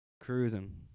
Cruising